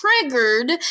triggered